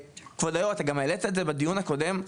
כבוד היו"ר דיברת על זה גם בדיון הקודם,